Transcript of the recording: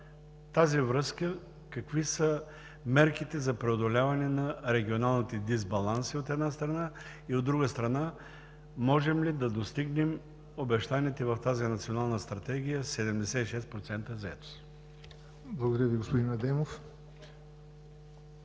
тази връзка какви са мерките за преодоляване на регионалните дисбаланси, от една страна, и, от друга страна, можем ли да достигнем обещаните в тази Национална стратегия 76% заетост? ПРЕДСЕДАТЕЛ ЯВОР НОТЕВ: Благодаря Ви, господин Адемов.